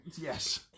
Yes